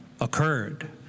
occurred